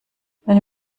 wenn